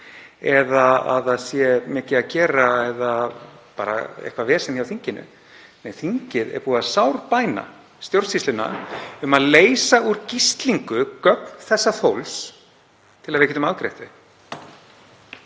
eða að það sé mikið að gera eða bara eitthvert vesen hjá þinginu. Nei, þingið er búið að sárbæna stjórnsýsluna um að leysa úr gíslingu gögn þessa fólks til að við getum afgreitt